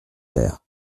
père